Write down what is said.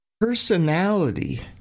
personality